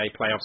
playoffs